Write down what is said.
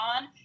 on